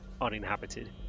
uninhabited